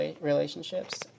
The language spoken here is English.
relationships